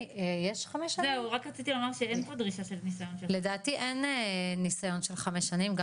רק רציתי לומר שאין פה דרישה של ניסיון של חמש שנים.